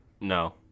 No